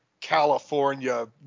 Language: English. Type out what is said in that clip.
California